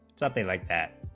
something like that